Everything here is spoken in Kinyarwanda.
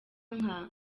nka